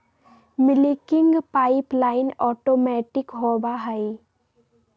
milking pipeline automatic होबा हई